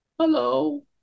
Hello